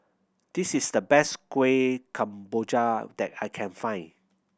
this is the best Kuih Kemboja that I can find